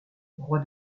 roi